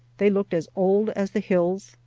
they looked as old as the hills,